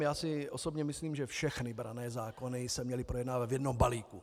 Já si osobně myslím, že všechny branné zákony se měly projednávat v jednom balíku.